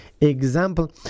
example